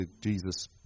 Jesus